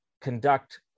conduct